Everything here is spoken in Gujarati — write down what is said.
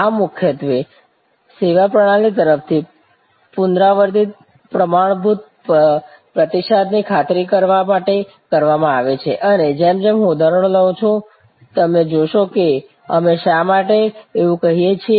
આ મુખ્યત્વે સેવા પ્રણાલી તરફથી પુનરાવર્તિત પ્રમાણભૂત પ્રતિસાદની ખાતરી કરવા માટે કરવામાં આવે છે અને જેમ જેમ હું ઉદાહરણો લઉં છું તમે જોશો કે અમે શા માટે આવું કહીએ છીએ